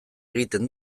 egiten